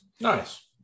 Nice